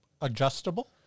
adjustable